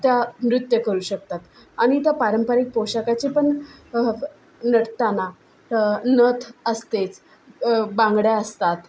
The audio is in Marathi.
त्या नृत्य करू शकतात आणि त्या पारंपरिक पोषाखाचीपण नटताना नथ असतेच बांगड्या असतात